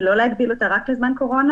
ולא להגביל אותה רק בזמן קורונה.